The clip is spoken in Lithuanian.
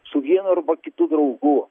su vienu arba kitu draugu